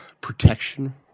protection